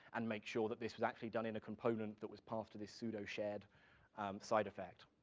and make sure that this was actually done in a component that was passed to this pseudo-shared side effect.